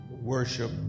worship